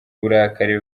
uburakari